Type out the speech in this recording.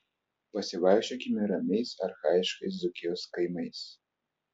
pasivaikščiokime ramiais archaiškais dzūkijos kaimais